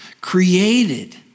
created